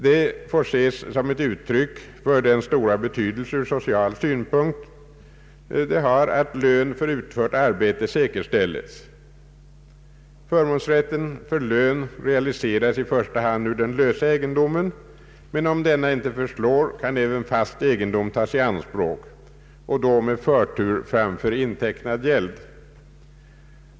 Detta får ses som ett uttryck för den stora betydelsen ur social synpunkt av att lön för utfört arbete säkerställes. Förmånsrätten för lön realiseras i första hand ur den lösa egendomen, men om denna inte förslår, kan även fast egendom tas i anspråk och då med förtur framför intecknad gäld.